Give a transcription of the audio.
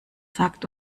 sagt